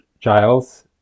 Giles